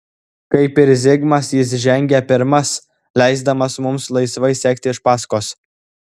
kaip ir zigmas jis žengė pirmas leisdamas mums laisvai sekti iš paskos